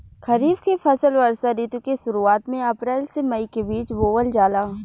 खरीफ के फसल वर्षा ऋतु के शुरुआत में अप्रैल से मई के बीच बोअल जाला